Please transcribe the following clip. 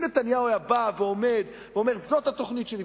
אם נתניהו היה בא ואומר: זו התוכנית שלי,